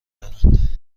دارند